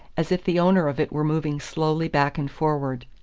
as if the owner of it were moving slowly back and forward.